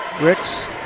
Ricks